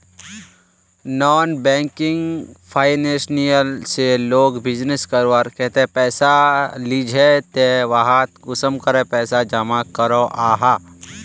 Non banking financial से लोग business करवार केते पैसा लिझे ते वहात कुंसम करे पैसा जमा करो जाहा?